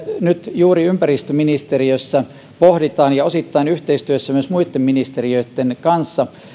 nyt juuri ympäristöministeriössä pohditaan ja osittain yhteistyössä myös muitten ministeriöitten kanssa